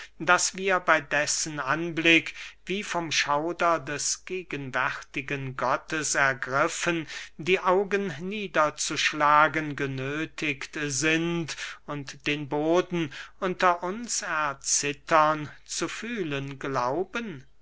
daß wir bey dessen anblick wie vom schauder des gegenwärtigen gottes ergriffen die augen niederzuschlagen genöthigt sind und den boden unter uns erzittern zu fühlen glauben